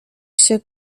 się